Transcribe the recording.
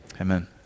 amen